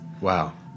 Wow